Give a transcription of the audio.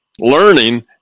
learning